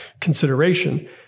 consideration